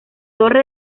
torre